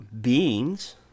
beings